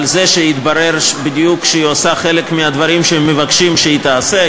לזה שהתברר שהיא עושה בדיוק חלק מהדברים שהם מבקשים שהיא תעשה.